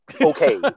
Okay